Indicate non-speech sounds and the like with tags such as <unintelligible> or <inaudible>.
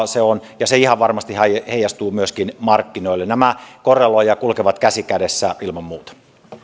<unintelligible> se on ja se ihan varmasti heijastuu myöskin markkinoille nämä korreloivat ja kulkevat käsi kädessä ilman muuta